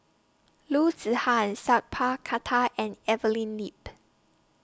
Loo Zihan Sat Pal Khattar and Evelyn Lip